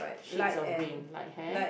shades of green like hair